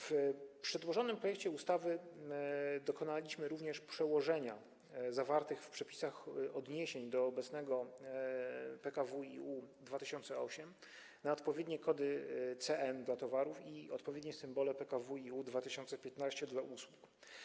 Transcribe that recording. W przedłożonym projekcie ustawy dokonaliśmy również przełożenia zawartych w przepisach odniesień do obecnego PKWiU 2008 na odpowiednie kody CN w przypadku towarów i odpowiednie symbole PKWiU 2015 w przypadku usług.